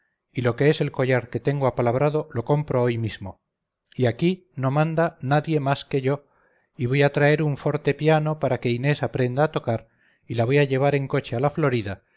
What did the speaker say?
y lo que es el collar que tengo apalabrado lo compro hoy mismo y aquí no manda nadie más que yo y voy a traer un fortepiano para que inés aprenda a tocar y la voy a llevar en coche a la florida